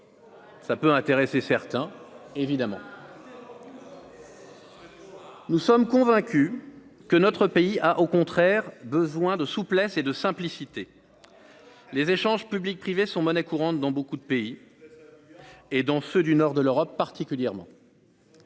ça peut intéresser certains évidemment. Nous sommes convaincus que notre pays a au contraire besoin de souplesse et de simplicité, les échanges public-privé, sont monnaie courante dans beaucoup de pays et dans ceux du nord de l'Europe, particulièrement.